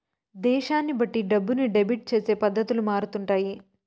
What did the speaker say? దేశాన్ని బట్టి డబ్బుని డెబిట్ చేసే పద్ధతులు మారుతుంటాయి